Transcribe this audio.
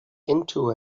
into